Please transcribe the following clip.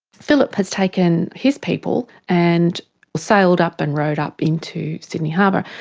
phillip has taken his people and sailed up and rowed up into sydney harbour,